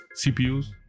CPUs